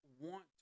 want